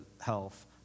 health